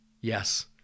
yes